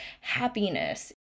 happiness